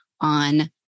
on